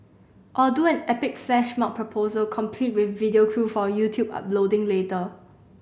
or do an epic flash mob proposal complete with video crew for YouTube uploading later